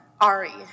Ari